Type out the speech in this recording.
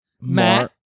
Matt